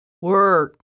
Work